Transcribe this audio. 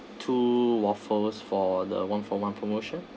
two waffles for the one for one promotion